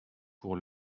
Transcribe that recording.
pour